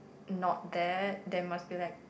not there there must be like